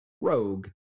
rogue